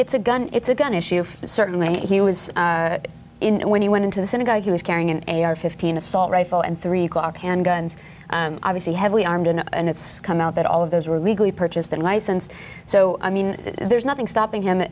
it's a gun it's a gun issue if certainly he was in when he went into the senate guy he was carrying an a r fifteen assault rifle and three o'clock handguns obviously heavily armed and it's come out that all of those were legally purchased and license so i mean there's nothing stopping him